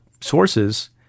sources